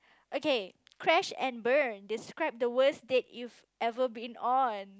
okay crash and burn describe the worst date you've ever been on in